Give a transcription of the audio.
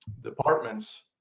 departments